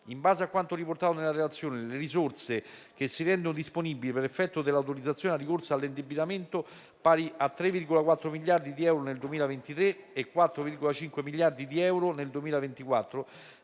In base a quanto riportato nella relazione, le risorse che si rendono disponibili per effetto dell'autorizzazione al ricorso all'indebitamento, pari a 3,4 miliardi di euro nel 2023 e 4,5 miliardi di euro nel 2024,